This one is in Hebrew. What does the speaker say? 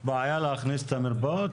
יש בעיה להכניס את המרפאות?